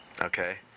okay